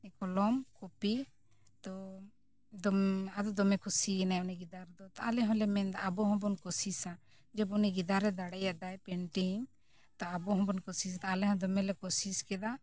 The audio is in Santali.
ᱠᱚᱞᱚᱢ ᱠᱚᱯᱤ ᱛᱚ ᱫᱚᱢᱮ ᱟᱫᱚ ᱫᱚᱢᱮ ᱠᱩᱥᱤᱭᱮᱱᱟᱭ ᱩᱱᱤ ᱜᱤᱫᱟᱹᱨ ᱫᱚ ᱟᱞᱮ ᱦᱚᱸᱞᱮ ᱢᱮᱱᱫᱟ ᱟᱵᱚ ᱦᱚᱸᱵᱚᱱ ᱠᱚᱥᱤᱥᱟ ᱡᱮᱵᱚ ᱩᱱᱤ ᱜᱤᱫᱟᱹᱨᱮ ᱫᱟᱲᱮᱭᱟᱫᱟᱭ ᱯᱮᱱᱴᱤᱝ ᱛᱚ ᱟᱵᱚ ᱦᱚᱸᱵᱚᱱ ᱠᱩᱥᱤᱥᱟ ᱟᱞᱮ ᱦᱚᱸ ᱫᱚᱢᱮ ᱞᱮ ᱠᱩᱥᱤᱥ ᱠᱮᱫᱟ